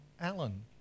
Alan